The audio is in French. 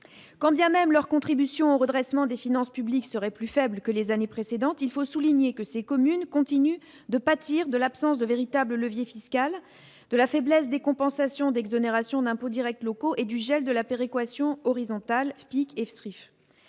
quand bien même leur contribution au redressement des finances publiques serait plus faible que les années précédentes, il faut souligner que ces communes continuent de pâtir de l'absence de véritable levier fiscal de la faiblesse des compensations d'exonérations d'impôts Directs locaux et du gel de la péréquation horizontales et-ce